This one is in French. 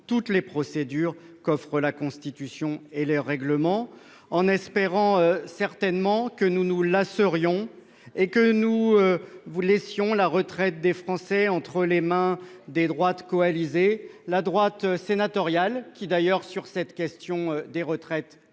toutes les procédures qu'offrent la Constitution et le règlement, en espérant certainement que nous nous lasserions et que nous laisserions la retraite des Français entre les mains des droites coalisées. La droite sénatoriale sur cette question des retraites